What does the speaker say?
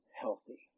healthy